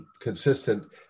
consistent